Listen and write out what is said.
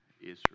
Israel